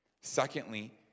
Secondly